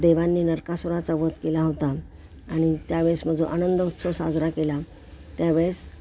देवांनी नरकासुराचा वध केला होता आणि त्यावेळेस मग जो आनंद उत्सव साजरा केला त्या वेळेस